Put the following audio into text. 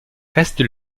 reste